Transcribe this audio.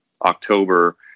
October